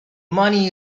money